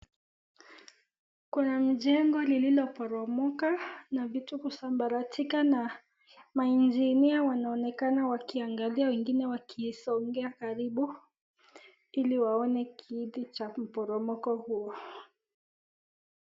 Kuna mjengo lililoporomoka na vitu kusambaratika na mainjinia wanaonekana wakiiangalia wengine wakiisongea karibu ili waone kiini cha mporomoko huo.